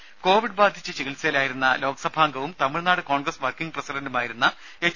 ദേദ കോവിഡ് ബാധിച്ച് ചികിത്സയിലായിരുന്ന ലോക്സഭാംഗവും തമിഴ്നാട് കോൺഗ്രസ് വർക്കിംഗ് പ്രസിഡണ്ടുമായിരുന്ന എച്ച്